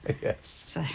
Yes